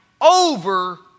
over